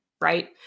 right